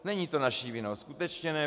Není to naší vinou, skutečně ne.